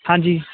ਹਾਂਜੀ